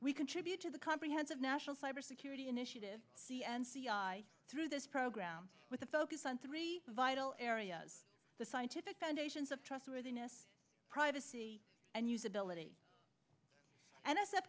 we contribute to the comprehensive national cybersecurity initiative the n c i through this program with a focus on three vital areas the scientific foundations of trustworthiness privacy and usability and i sa